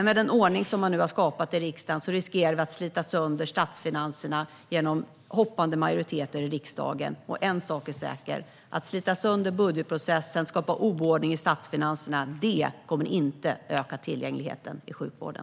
Med den ordning som de nu har skapat i riksdagen riskerar statsfinanserna att slitas sönder genom hoppande majoriteter i riksdagen. En sak är säker: Att slita sönder budgetprocessen och skapa oordning i statsfinanserna kommer inte att öka tillgängligheten i sjukvården.